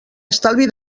estalvi